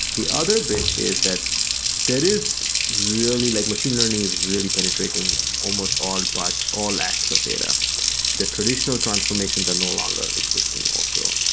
the other bit is that there is really like machine learning is really penetrating almost all parts, all acts of data that traditional transformations are no longer existing also.